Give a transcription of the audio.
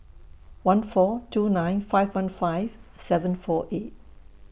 one four two nine five one five seven four eight